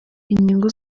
inyungu